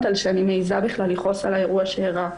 על שאני מעיזה בכלל לכעוס על האירוע שארע.